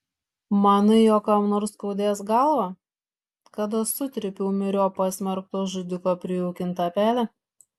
manai jog kam nors skaudės galvą kad aš sutrypiau myriop pasmerkto žudiko prijaukintą pelę